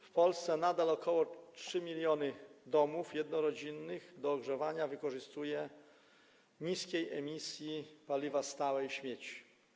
W Polsce nadal ok. 3 mln domów jednorodzinnych do ogrzewania wykorzystuje niskiej emisji paliwa stałe i śmieci.